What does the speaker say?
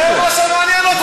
זה מה שמעניין אותך.